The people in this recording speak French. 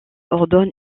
ordonne